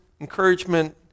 encouragement